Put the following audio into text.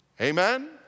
Amen